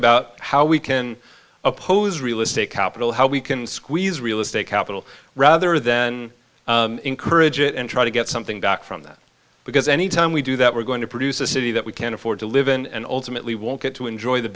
about how we can oppose real estate capital how we can squeeze real estate capital rather than encourage it and try to get something back from that because any time we do that we're going to produce a city that we can't afford to live in and ultimately won't get to enjoy the